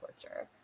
torture